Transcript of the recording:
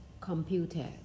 computer